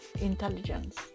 intelligence